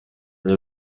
iyo